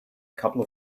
couple